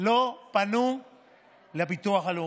לא פנו לביטוח הלאומי.